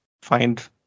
find